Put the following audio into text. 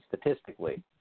statistically